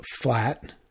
flat